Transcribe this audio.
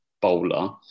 bowler